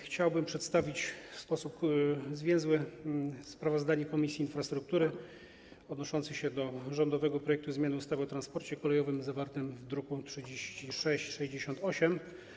Chciałbym przedstawić w sposób zwięzły sprawozdanie Komisji Infrastruktury odnoszące się do rządowego projektu ustawy o zmianie ustawy o transporcie kolejowym, zawartego w druku nr 3668.